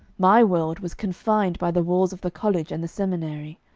my world was confined by the walls of the college and the seminary.